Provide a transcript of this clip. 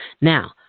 Now